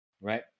right